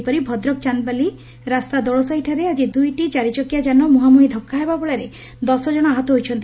ସେହିପରି ଭଦ୍ରକ ଚାନ୍ଦବାଲି ରାସ୍ତା ଦୋଳସାହିଠାରେ ଆଜି ଦୁଇଟି ଚାରିଚକିଆ ଯାନ ମୁହାଁମୁହି ଧକ୍କା ହେବା ଫଳରେ ଦଶଜଣ ଆହତ ହୋଇଛନ୍ତି